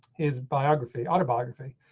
his biography autobiography.